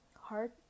heart